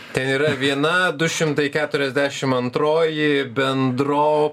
ten yra viena du šimtai keturiasdešim antroji bendro